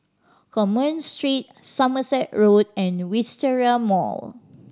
Commerce Street Somerset Road and Wisteria Mall